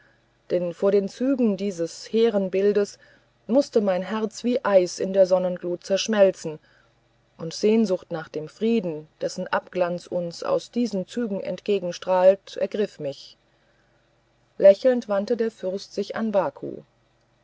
denn vor den zügen dieses hehren bildes mußte mein herz wie eis in der sonnenglut zerschmelzen und sehnsucht nach dem frieden dessen abglanz uns aus diesen zügen entgegenstrahlt ergriff mich lächelnd wandte der fürst sich an baku